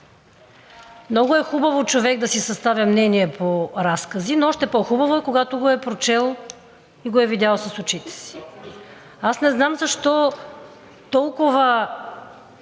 Много е хубаво човек да си съставя мнение по разкази, но още по-хубаво е, когато го е прочел и видял с очите си. Аз не знам защо толкова